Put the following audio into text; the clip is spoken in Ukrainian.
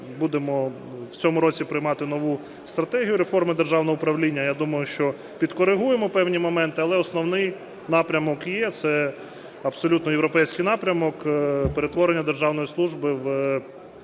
будемо в цьому році приймати нову стратегію реформи державного управління. Я думаю, що підкоригуємо певні моменти. Але основний напрямок є, це абсолютно європейський напрямок – перетворення державної служби в механізм